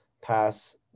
pass